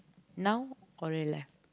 now already left